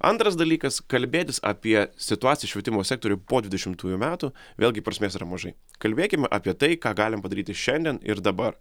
antras dalykas kalbėtis apie situaciją švietimo sektoriuje po dvidešimtųjų metų vėlgi prasmės yra mažai kalbėkim apie tai ką galim padaryti šiandien ir dabar